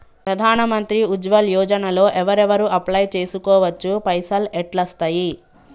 ప్రధాన మంత్రి ఉజ్వల్ యోజన లో ఎవరెవరు అప్లయ్ చేస్కోవచ్చు? పైసల్ ఎట్లస్తయి?